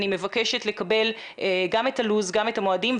אני מבקשת לקבל גם את לוח הזמנים וגם את המועדים.